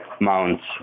mounts